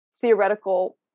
theoretical